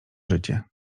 życie